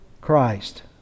Christ